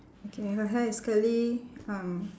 okay her hair is curly um